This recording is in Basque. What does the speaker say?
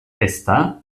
ezta